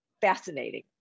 fascinating